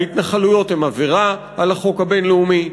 ההתנחלויות הן עבירה על החוק הבין-לאומי,